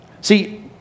See